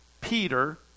Peter